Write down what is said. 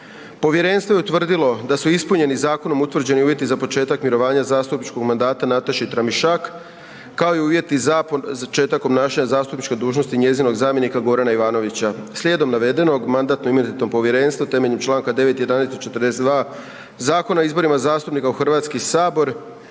Povjerenstvo je utvrdilo da su ispunjeni zakonom utvrđeni uvjeti za početak mirovanja zastupničkog mandata Nataše Tramišak kao i uvjeti za početak obnašanja zastupničke dužnosti njezinog zamjenika Gorana Ivanovića. Slijedom navedenog Mandatno-imunitetno povjerenstvo temeljem čl. 9., 11. i 42. Zakona o izborima zastupnika u Hrvatski sabor